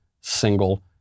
single